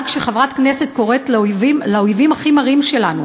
אבל כשחברת כנסת קוראת לאויבים הכי מרים שלנו